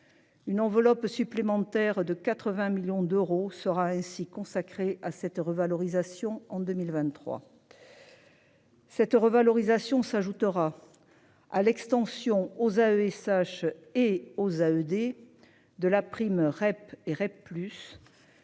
Une enveloppe supplémentaire de 80 millions d'euros sera ainsi consacré à cette revalorisation en 2023. Cette revalorisation s'ajoutera. À l'extension aux AESH. Et aux à ED. De la prime Rep et Rep